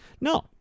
no